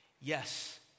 Yes